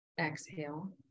Exhale